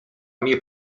mnie